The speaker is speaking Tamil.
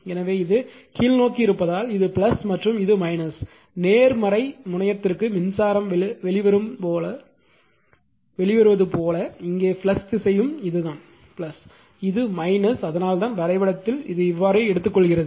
எனவே இது கீழ்நோக்கி இருப்பதால் இது மற்றும் இது நேர்மறை முனையத்திற்கு மின்சாரம் வெளிவருவது போல இங்கே ஃப்ளக்ஸ் திசையும் இதுதான் இது அதனால்தான் வரைபடத்தில் இது இவ்வாறு எடுத்துக் கொள்கிறது